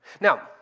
Now